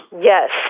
Yes